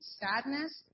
sadness